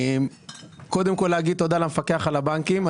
קודם כל, תודה למפקח על הבנקים.